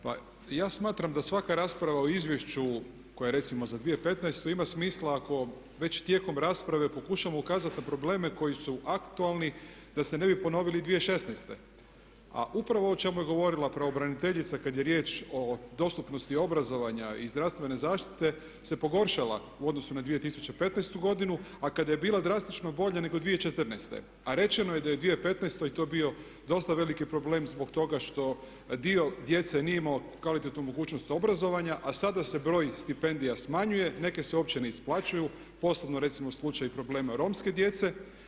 Pa ja smatram da svaka rasprava o izvješću koje je recimo za 2015.ima smisla ako već tijekom rasprave pokušamo ukazati na probleme koji su aktualni da se ne bi ponovili 2016.a upravo o čemu je govorila pravobraniteljica kad je riječ o dostupnosti obrazovanja i zdravstvene zaštite se pogoršala u odnosu na 2015.godinu, a kada je bila drastično bolja nego 2014.a rečeno je da je u 2015.to bio dosta veliki problem zbog toga što dio djece nije imao kvalitetnu mogućnost obrazovanja a sada se broj stipendija smanjuje, neke se uopće ne isplaćuju, posebno recimo slučaj problema romske djece.